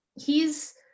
he's-